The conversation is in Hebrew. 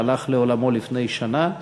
שהלך לעולמו לפני שנה,